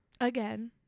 Again